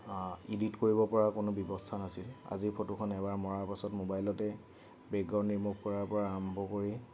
edit কৰিব পৰা কোনো ব্যৱস্থা নাছিল আজিৰ ফটোখন এবাৰ মৰাৰ পিছত মোবাইলতে বেকগ্ৰাউণ্ড ৰিমোভ কৰাৰ পৰা আৰম্ভ কৰি